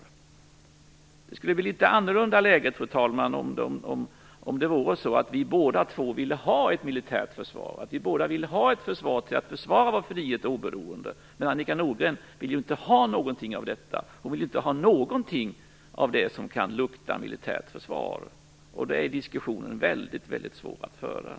Läget skulle bli litet annorlunda, fru talman, om det vore så att vi båda ville ha ett militärt försvar, ett försvar för att försvara vår frihet och vårt oberoende. Men Annika Nordgren vill ju inte ha någonting av detta. Hon vill inte ha någonting av det som kan lukta militärt försvar, och då är det väldigt svårt att föra diskussionen.